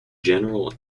general